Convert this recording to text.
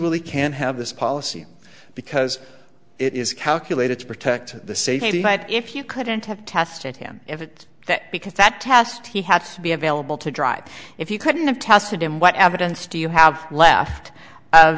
really can't have this policy because it is calculated to protect the safety but if you couldn't have tested him if it that because that test he had to be available to drive if you couldn't have tested him what evidence do you have left of